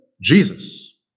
Jesus